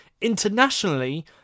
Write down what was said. Internationally